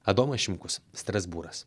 adomas šimkus strasbūras